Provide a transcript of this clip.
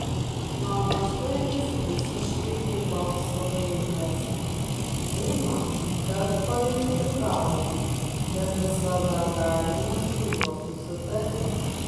namuose jis visiškai kitoks vaikas būna kad paišdykauja bet visada galima su juo susitarti